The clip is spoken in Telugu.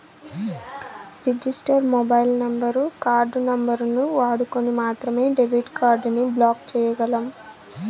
రిజిస్టర్ మొబైల్ నంబరు, కార్డు నంబరుని వాడుకొని మాత్రమే డెబిట్ కార్డుని బ్లాక్ చేయ్యగలం